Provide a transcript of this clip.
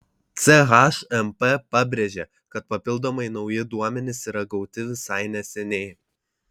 chmp pabrėžė kad papildomai nauji duomenys yra gauti visai neseniai